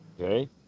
Okay